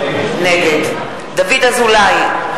נגד דוד אזולאי,